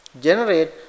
Generate